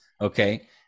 Okay